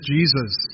Jesus